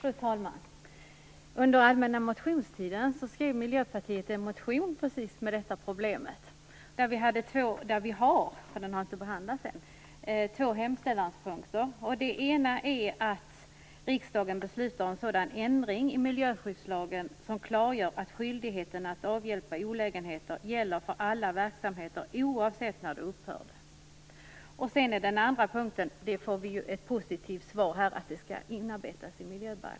Fru talman! Under allmänna motionstiden skrev Miljöpartiet en motion om precis detta problem, där vi har två hemställanspunkter. Den ena är att riksdagen beslutar om sådan ändring i miljöskyddslagen som klargör att skyldigheten att avhjälpa olägenheter gäller för alla verksamheter oavsett när de upphörde. Vad gäller den andra punkten får vi ett positivt svar här att detta skall inarbetas i miljöbalken.